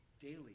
daily